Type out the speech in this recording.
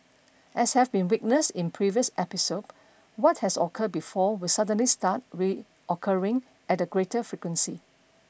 as have been witnessed in previous episode what has occurred before will suddenly start re occurring at a greater frequency